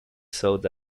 sold